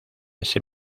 ese